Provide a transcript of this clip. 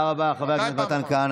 תודה רבה, חבר הכנסת מתן כהנא.